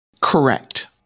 Correct